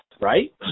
right